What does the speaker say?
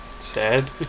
sad